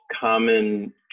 common